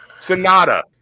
Sonata